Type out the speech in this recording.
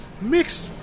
mixed